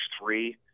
three